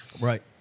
Right